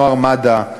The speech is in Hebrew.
נוער מד"א,